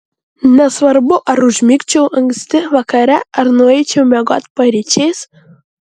nesvarbu ar užmigčiau anksti vakare ar nueičiau miegoti paryčiais